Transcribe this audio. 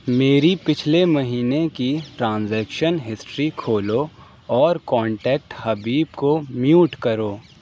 میری پچھلے مہینے کی ٹرانزیکشن ہسٹری کھولو اور کانٹیکٹ حبیب کو میوٹ کرو